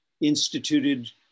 instituted